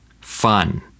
fun